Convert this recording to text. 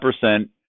percent